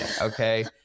Okay